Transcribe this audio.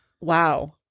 Wow